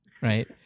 Right